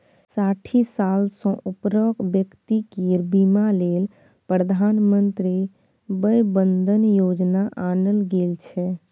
साठि साल सँ उपरक बेकती केर बीमा लेल प्रधानमंत्री बय बंदन योजना आनल गेल छै